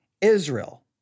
Israel